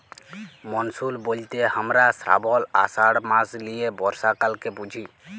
monsoon ব্যলতে হামরা শ্রাবল, আষাঢ় মাস লিয়ে বর্ষাকালকে বুঝি